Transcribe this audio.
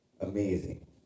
amazing